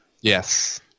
Yes